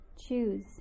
choose